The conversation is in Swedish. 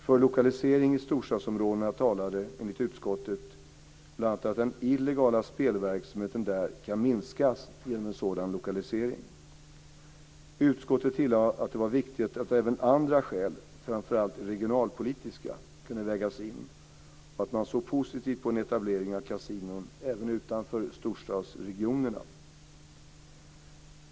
För lokalisering i storstadsområdena talade, enligt utskottet, bl.a. att den illegala spelverksamheten där kan minskas genom en sådan lokalisering. Utskottet tillade att det var viktigt att även andra skäl, framför allt regionalpolitiska, kunde vägas in och att man såg positivt på en etablering av kasinon även utanför storstadsregionerna.